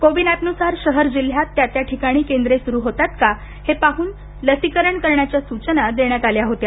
को विन एपनुसार शहर जिल्ह्यात त्या त्या ठिकाणी केंद्रे सुरू होतात का हे पाहून लसीकरण करण्याच्या सूचना देण्यात आल्या होत्या